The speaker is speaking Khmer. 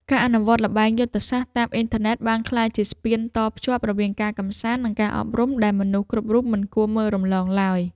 ការអនុវត្តល្បែងយុទ្ធសាស្ត្រតាមអ៊ីនធឺណិតបានក្លាយជាស្ពានតភ្ជាប់រវាងការកម្សាន្តនិងការអប់រំដែលមនុស្សគ្រប់រូបមិនគួរមើលរំលងឡើយ។